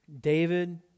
David